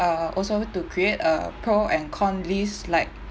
uh also to create a pro and con list like